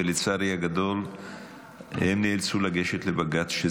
ולצערי הגדול הם נאלצו לגשת לבג"ץ.